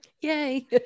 Yay